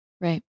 Right